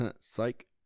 psych